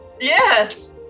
Yes